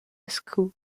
moscou